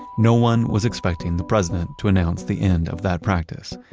no one was expecting the president to announce the end of that practice.